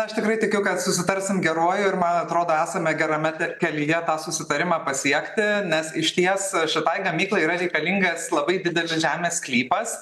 aš tikrai tikiu kad susitarsim geruoju ir man atrodo esame gerame kelyje tą susitarimą pasiekti nes išties šitai gamyklai yra reikalingas labai didelis žemės sklypas